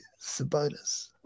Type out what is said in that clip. Sabonis